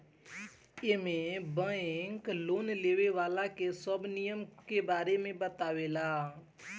एमे bank loan लेवे वाला के सब नियम के बारे में बतावे ला